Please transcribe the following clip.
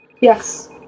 Yes